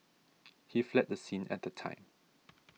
he fled the scene at that time